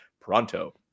pronto